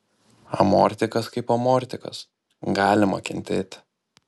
amortikas kaip amortikas galima kentėti